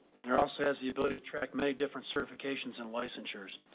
and there also has the ability to track many different certifications and licensures.